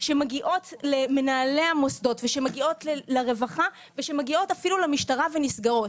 שמגיעות למנהלי המוסדות ושמגיעות לרווחה ושמגיעות אפילו למשטרה ונסגרות.